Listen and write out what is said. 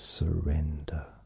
surrender